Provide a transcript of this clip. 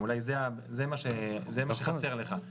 אולי זה מה שחסר לך.